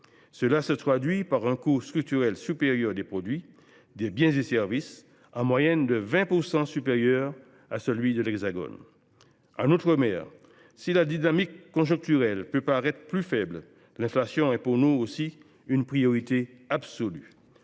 Cela se traduit par un prix structurellement supérieur des produits, des biens et services, en moyenne de 20 % par rapport à celui de l’Hexagone. En outre mer, si la dynamique conjoncturelle peut paraître plus faible, l’inflation est pour nous aussi une priorité absolue.